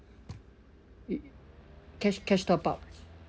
cash cash top-up